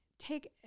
take